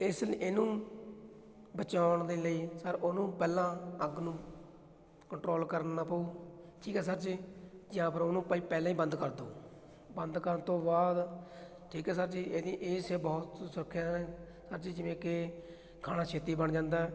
ਇਸ ਇਹਨੂੰ ਬਚਾਉਣ ਦੇ ਲਈ ਸਰ ਉਹਨੂੰ ਪਹਿਲਾਂ ਅੱਗ ਨੂੰ ਕੰਟਰੋਲ ਕਰਨਾ ਪਊ ਠੀਕ ਹੈ ਸਰ ਜੀ ਜਾਂ ਫਿਰ ਉਹਨੂੰ ਭਾਈ ਪਹਿਲਾਂ ਹੀ ਬੰਦ ਕਰ ਦਿਉ ਬੰਦ ਕਰਨ ਤੋਂ ਬਾਅਦ ਠੀਕ ਹੈ ਸਰ ਜੀ ਇਹਦੀ ਇਹ ਸ ਬਹੁਤ ਸੁਰੱਖਿਆ ਨੇ ਸਰ ਜੀ ਜਿਵੇਂ ਕਿ ਖਾਣਾ ਛੇਤੀ ਬਣ ਜਾਂਦਾ